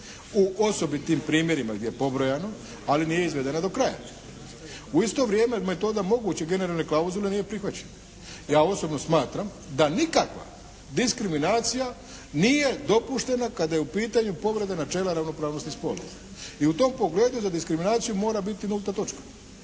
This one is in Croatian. u osobitim primjerima gdje je pobrojano. Ali, nije izvedeno do kraja. U isto vrijeme metoda moguće generalne klauzule nije prihvaćena. Ja osobno smatram da nikakva diskriminacija nije dopuštena kada je u pitanju povreda načela ravnopravnosti spolova. I u tom pogledu za diskriminaciju mora biti nulta točka.